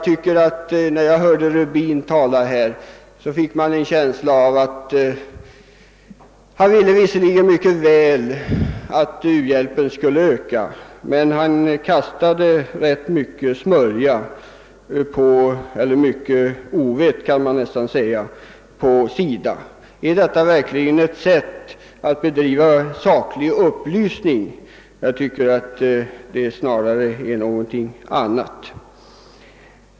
När jag hörde herr Rubin tala här fick jag en känsla av att han visserligen ville att u-hjälpen skulle ökas, men samtidigt utsatte han SIDA för mycket ovett. Är detta verkligen ett sätt att bedriva saklig upplysning? Jag tycker att det snarare är någonting annat.